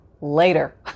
later